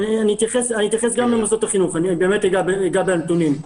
אתייחס גם למוסדות החינוך, אגע בנתונים.